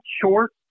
short